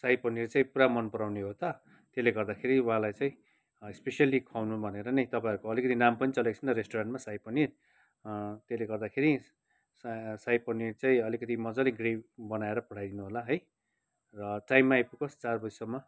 साही पनिर चाहिँ पुरा मनपराउने हो त त्यसले गर्दाखेरि उहाँलाई चाहिँ इस्पेसल्ली खुवाउनु भनेर नै तपाईँहरूको अलिकति नाम पनि चलेको छन् त रेस्टुरेन्टमा साही पनिर त्यसले गर्दाखेरि साही पनिर चाहिँ त्यही अलिकति मजाले ग्रेभी बनाएर पठाई दिनुहोला है र टाइममा आइपुगोस् चार बजीसम्म